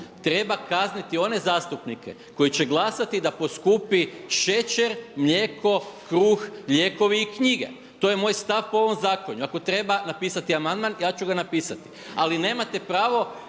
treba kazniti one zastupnike koji će glasati da poskupi šećer, mlijeko, kruh, lijekovi i knjige. To je moj stav po ovom zakonu. Ako treba napisati amandman ja ću ga napisati. Ali nemate pravo